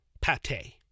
pate